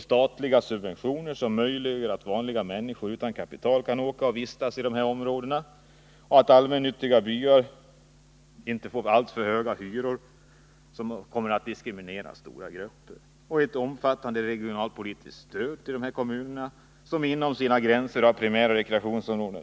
Statliga subventioner som möjliggör att vanliga människor utan kapital kan åka och vistas i primära rekreationsområden. De allmännyttiga byarna får inte ha för höga hyror, vilket annars starkt diskriminerar stora grupper. Omfattande regionalpolitiskt stöd till de kommuner som inom sina gränser har primära rekreationsområden.